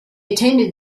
attended